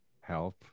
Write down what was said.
help